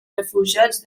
refugiats